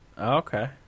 Okay